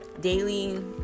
daily